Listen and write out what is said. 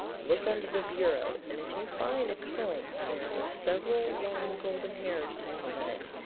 look under the bureau and if you find a comb there with several long golden hairs tangled in it,